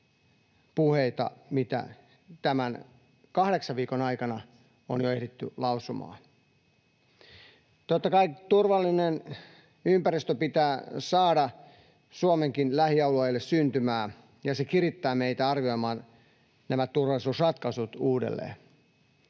puheita, mitä tämän kahdeksan viikon aikana on jo ehditty lausumaan. Totta kai turvallinen ympäristö pitää saada Suomenkin lähialueille syntymään, ja se kirittää meitä arvioimaan nämä turvallisuusratkaisut uudelleen.